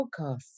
podcasts